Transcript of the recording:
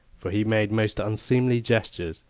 for he made most unseemly gestures,